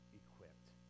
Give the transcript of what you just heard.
equipped